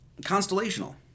constellational